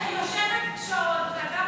אני יושבת שעות, גם אתמול,